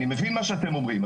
אני מבין מה שאתם אומרים,